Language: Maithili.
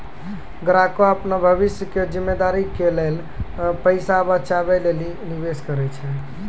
ग्राहकें अपनो भविष्य के जिम्मेदारी के लेल पैसा बचाबै लेली निवेश करै छै